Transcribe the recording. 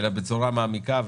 אלא בצורה מעמיקה,